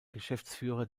geschäftsführer